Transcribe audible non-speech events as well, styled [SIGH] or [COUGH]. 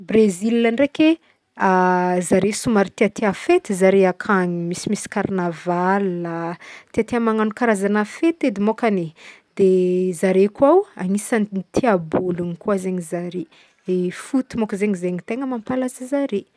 Brezila ndraiky e [HESITATION] zare somary tiatia fety zare akagny misimisy carnaval a tiatia magnagno karazana fety edy môkany e de zare koa o agnisany tia baolina koa zegny zare e foot moa ko zegny zegny tegna mampalaza zare.